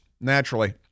naturally